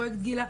פרויקט גילה,